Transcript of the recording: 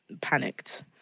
panicked